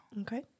Okay